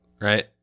right